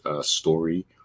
story